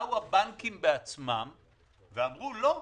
באו הבנקים בעצמם ואמרו: לא,